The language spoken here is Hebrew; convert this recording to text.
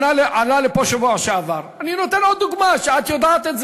שעלה לפה בשבוע שעבר אני נותן עוד דוגמה שאת יודעת.